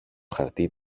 χαρτί